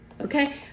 Okay